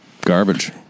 garbage